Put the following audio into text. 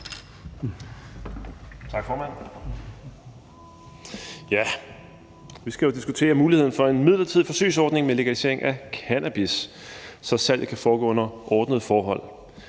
Tak, formand. Vi skal jo diskutere muligheden for en midlertidig forsøgsordning med legalisering af cannabis, så salget kan foregå under ordnede forhold.